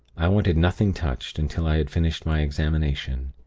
i wanted nothing touched, until i had finished my examination.